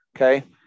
Okay